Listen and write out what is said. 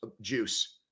juice